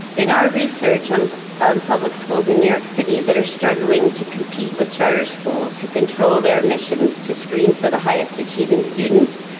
in our research on um um public schools in new york city that are struggling to compete with charter schools who control their emissions to screen for the highest achieving students,